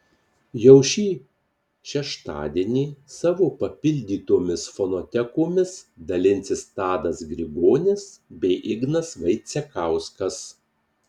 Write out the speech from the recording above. jau šį šeštadienį savo papildytomis fonotekomis dalinsis tadas grigonis bei ignas vaicekauskas